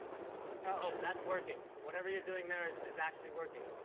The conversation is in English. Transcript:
oh, that's working. whatever you're doing there is is actually working.